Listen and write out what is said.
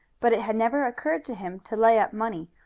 but it had never occurred to him to lay up money,